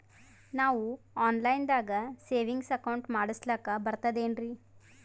ನಾವು online ದಾಗ savings account ಮಾಡಸ್ಲಾಕ ಬರ್ತದೇನ್ರಿ?